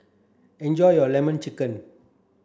enjoy your lemon chicken